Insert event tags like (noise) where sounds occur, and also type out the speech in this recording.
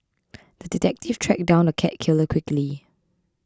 (noise) the detective tracked down the cat killer quickly